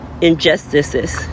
injustices